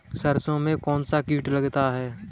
सरसों में कौनसा कीट लगता है?